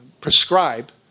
prescribe